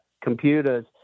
computers